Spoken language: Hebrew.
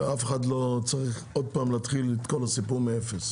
אף אחד לא צריך עוד פעם להתחיל את כל הסיפור מאפס.